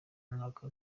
umwaka